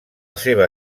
seva